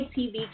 TV